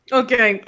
okay